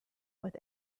with